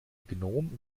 gnom